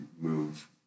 move